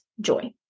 joy